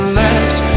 left